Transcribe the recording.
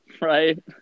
right